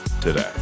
today